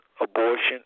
abortion